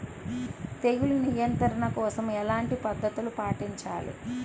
తెగులు నియంత్రణ కోసం ఎలాంటి పద్ధతులు పాటించాలి?